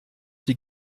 die